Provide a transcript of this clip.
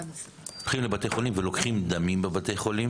הם הולכים לבתי חולים ולוקחים דמים בבתי חולים,